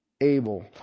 Abel